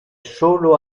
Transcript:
solo